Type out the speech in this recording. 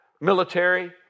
military